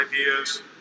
ideas